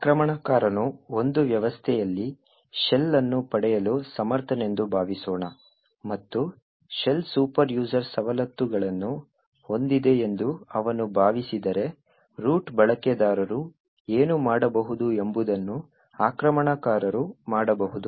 ಆಕ್ರಮಣಕಾರನು ಒಂದು ವ್ಯವಸ್ಥೆಯಲ್ಲಿ ಶೆಲ್ ಅನ್ನು ಪಡೆಯಲು ಸಮರ್ಥನೆಂದು ಭಾವಿಸೋಣ ಮತ್ತು ಶೆಲ್ Super User ಸವಲತ್ತುಗಳನ್ನು ಹೊಂದಿದೆಯೆಂದು ಅವನು ಭಾವಿಸಿದರೆ ರೂಟ್ ಬಳಕೆದಾರರು ಏನು ಮಾಡಬಹುದು ಎಂಬುದನ್ನು ಆಕ್ರಮಣಕಾರರು ಮಾಡಬಹುದು